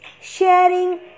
sharing